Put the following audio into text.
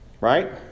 Right